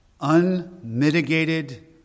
unmitigated